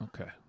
Okay